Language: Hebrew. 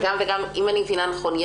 אם אני מבינה נכון,